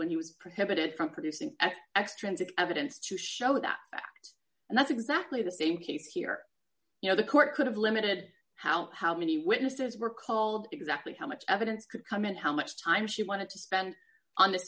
when he was prohibited from producing at extrinsic evidence to show that and that's exactly the same case here you know the court could have limited how how many witnesses were called exactly how much evidence could come in how much time she wanted to spend on th